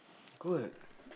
good